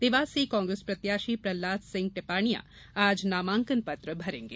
देवास से कांग्रेस प्रत्याशी प्रहलाद सिंह टिपानिया आज नामांकन पत्र भरेंगे